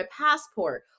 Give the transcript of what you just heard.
passport